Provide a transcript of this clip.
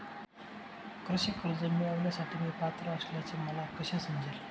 कृषी कर्ज मिळविण्यासाठी मी पात्र असल्याचे मला कसे समजेल?